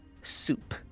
soup